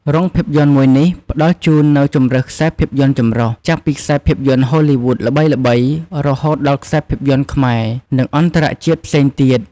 រោងភាពយន្តមួយនេះផ្តល់ជូននូវជម្រើសខ្សែភាពយន្តចម្រុះ ចាប់ពីខ្សែភាពយន្តហូលីវូដល្បីៗ រហូតដល់ខ្សែភាពយន្តខ្មែរ និងអន្តរជាតិផ្សេងទៀត។